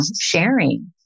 sharing